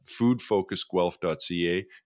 foodfocusguelph.ca